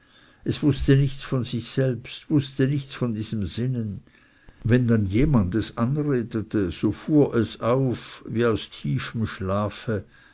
es wußte nichts von sich selbst wußte nichts von seinem sinnen wenn dann jemand es anredete so fuhr es auf wie aus tiefem schlafe